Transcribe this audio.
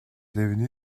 devenu